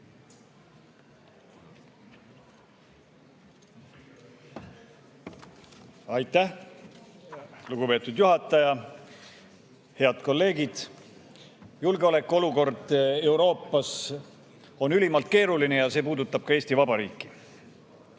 Aitäh, lugupeetud juhataja! Head kolleegid! Julgeolekuolukord Euroopas on ülimalt keeruline ja see puudutab ka Eesti Vabariiki.